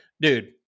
Dude